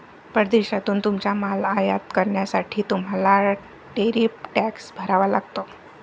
परदेशातून तुमचा माल आयात करण्यासाठी तुम्हाला टॅरिफ टॅक्स भरावा लागतो